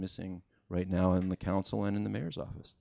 missing right now in the council and in the mayor's office